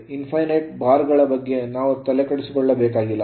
infinite bar ಗಳ ಬಗ್ಗೆ ನಾವು ತಲೆಕೆಡಿಸಿಕೊಳ್ಳಬೇಕಾಗಿಲ್ಲ